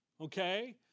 okay